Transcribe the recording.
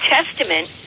Testament